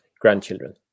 grandchildren